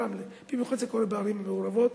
ברמלה, במיוחד זה קורה בערים מעורבות,